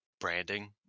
branding